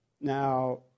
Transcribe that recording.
Now